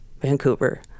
vancouver